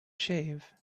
shave